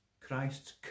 Christ's